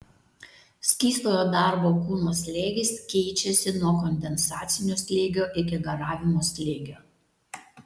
skystojo darbo kūno slėgis keičiasi nuo kondensacinio slėgio iki garavimo slėgio